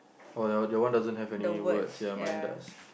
oh your your one doesn't have any words ya mine does